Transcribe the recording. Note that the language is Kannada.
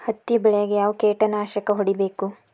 ಹತ್ತಿ ಬೆಳೇಗ್ ಯಾವ್ ಕೇಟನಾಶಕ ಹೋಡಿಬೇಕು?